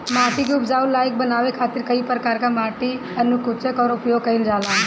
माटी के उपजाऊ लायक बनावे खातिर कई प्रकार कअ माटी अनुकूलक कअ उपयोग कइल जाला